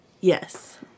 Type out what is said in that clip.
yes